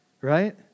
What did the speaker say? right